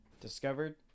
discovered